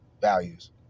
values